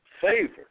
favor